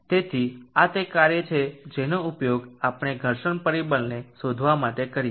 તેથી આ તે કાર્ય છે જેનો ઉપયોગ આપણે ઘર્ષણ પરિબળને શોધવા માટે કરીશું